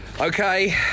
Okay